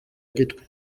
gitwe